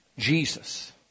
Jesus